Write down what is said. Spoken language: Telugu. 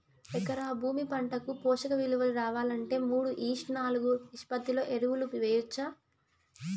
ఎకరా భూమి పంటకు పోషక విలువలు రావాలంటే మూడు ఈష్ట్ నాలుగు నిష్పత్తిలో ఎరువులు వేయచ్చా?